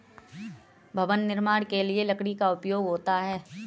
भवन निर्माण के लिए लकड़ी का उपयोग होता है